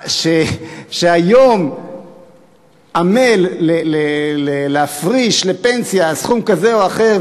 שהיום עמל להפריש לפנסיה סכום כזה או אחר,